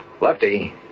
Lefty